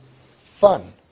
Fun